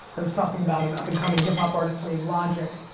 i was talking about an up and coming hip hop artist named logic,